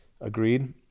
Agreed